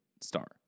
star